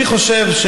אני חושב,